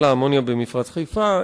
האמוניה במפרץ חיפה,